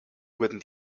wurden